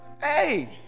Hey